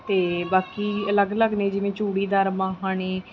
ਅਤੇ ਬਾਕੀ ਅਲੱਗ ਅਲੱਗ ਨੇ ਜਿਵੇਂ ਚੂੜੀਦਾਰ ਬਾਹਾਂ ਨੇ